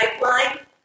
pipeline